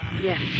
Yes